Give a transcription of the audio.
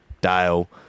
Dale